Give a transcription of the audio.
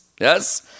yes